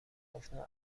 گفتن